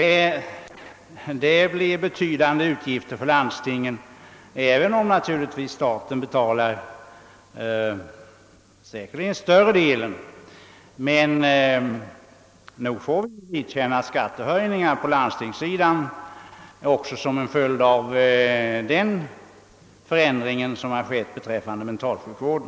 Det blir betydande utgifter för landstingen, även om staten säkerligen betalar större delen. Nog får vi vidkännas skattehöjningar på landstingssidan också som en följd av den förändring som har skett beträffande mentalsjukvården.